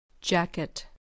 Jacket